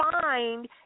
find